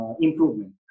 improvement